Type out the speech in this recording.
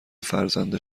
فرزند